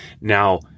now